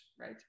right